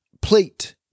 plate